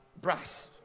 brass